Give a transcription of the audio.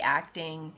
acting